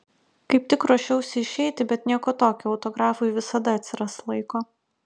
kaip tik ruošiausi išeiti bet nieko tokio autografui visada atsiras laiko